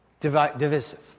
Divisive